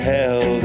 Hell